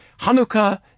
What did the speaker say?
Hanukkah